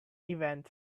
event